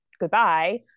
goodbye